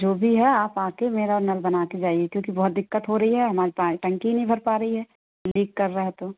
जो भी है आप आ कर मेरा नल बना कर जाइए क्योंकि बहुत दिक्कत हो रही है नल पा टंकी नहीं भर पा रही है लीक कर रहा है तो